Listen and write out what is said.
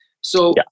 So-